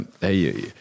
hey